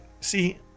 see